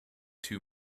too